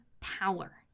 power